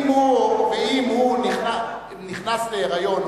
ואם הוא נכנס להיריון,